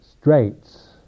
straits